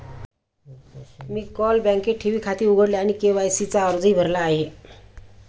मी काल बँकेत ठेवी खाते उघडले आणि के.वाय.सी चा अर्जही भरला आहे